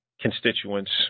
constituents